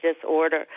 disorder